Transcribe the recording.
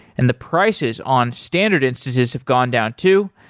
and the prices on standard instances have gone down too.